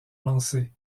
lancées